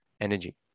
energy